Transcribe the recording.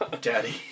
Daddy